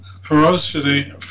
ferocity